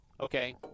okay